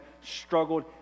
struggled